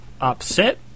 upset